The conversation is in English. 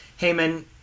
Heyman